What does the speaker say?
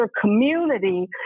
community